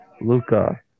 Luca